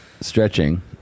stretching